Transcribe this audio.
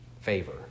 favor